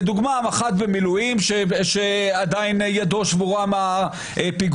לדוגמה מח"ט במילואים שעדיין ידו שבורה מהפיגוע.